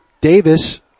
Davis